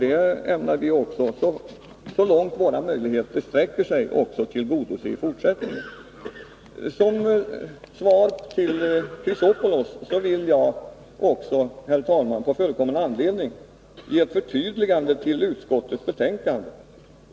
Det ämnar vi också, så långt våra möjligheter sträcker sig, göra i fortsättningen. Herr talman! Som svar till Alexander Chrisopoulos vill jag på förekommen anledning göra ett förtydligande av utskottsbetänkandet.